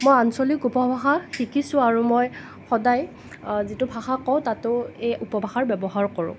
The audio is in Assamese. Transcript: মই আঞ্চলিক উপভাষা শিকিছোঁ আৰু মই সদায় যিটো ভাষা কওঁ তাতো এই উপভাষাৰ ব্যৱহাৰ কৰোঁ